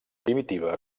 primitiva